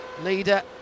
leader